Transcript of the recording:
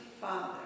father